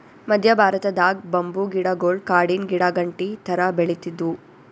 ಮದ್ಯ ಭಾರತದಾಗ್ ಬಂಬೂ ಗಿಡಗೊಳ್ ಕಾಡಿನ್ ಗಿಡಾಗಂಟಿ ಥರಾ ಬೆಳಿತ್ತಿದ್ವು